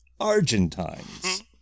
Argentines